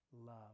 love